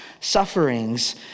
sufferings